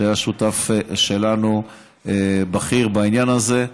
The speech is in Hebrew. שהיה שותף שלנו בכיר בעניין הזה.